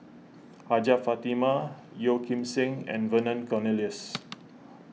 Hajjah Fatimah Yeo Kim Seng and Vernon Cornelius